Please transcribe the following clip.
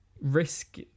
risk